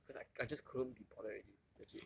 cause I I just couldn't be bothered already legit